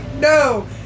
No